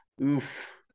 oof